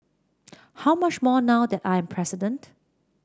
how much more now that I am president